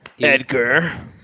Edgar